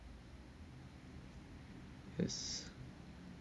yes